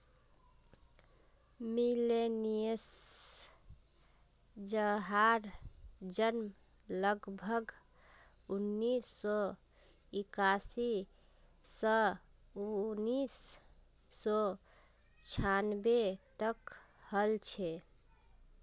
millennials जहार जन्म लगभग उन्नीस सौ इक्यासी स उन्नीस सौ छानबे तक हल छे